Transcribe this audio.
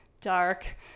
dark